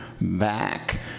back